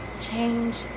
Change